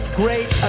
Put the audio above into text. great